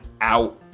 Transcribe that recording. out